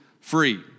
free